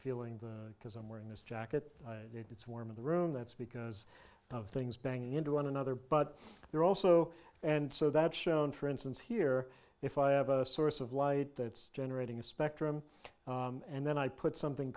feeling that because i'm wearing this jacket and it's warm in the room that's because of things banging into one another but they're also and so that shown for instance here if i have a source of light that's generating a spectrum and then i put something